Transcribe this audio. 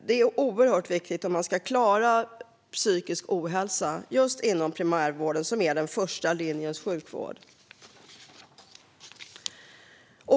Det är oerhört viktigt om man ska klara psykisk ohälsa inom primärvården, som är första linjens sjukvård.